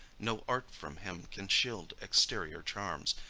no art from him can shield exterior charms.